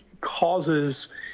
causes